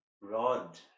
Rod